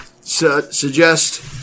suggest